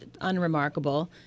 unremarkable